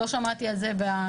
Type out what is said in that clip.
לא שמעתי על זה בחומרים,